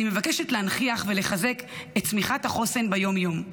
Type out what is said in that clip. אני מבקשת להנכיח ולחזק את צמיחת החוסן ביום-יום,